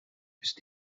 ist